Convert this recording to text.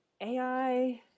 AI